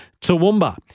Toowoomba